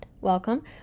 welcome